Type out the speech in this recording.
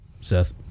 Seth